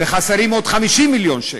וחסרים עוד 50 מיליון שקל.